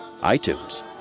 iTunes